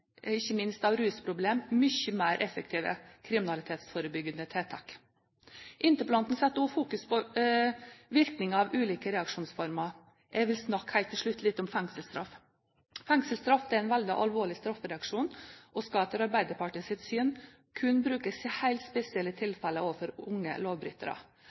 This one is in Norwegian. ikke minst av rusproblemer, mye mer effektive kriminalitetsforebyggende tiltak. Interpellanten setter også fokus på virkningen av ulike reaksjonsformer. Jeg vil helt til slutt snakke litt om fengselsstraff. Fengselsstraff er en veldig alvorlig straffereaksjon og skal etter Arbeiderpartiets syn kun brukes i helt spesielle tilfeller overfor unge lovbrytere.